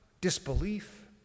disbelief